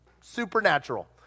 supernatural